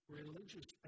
religious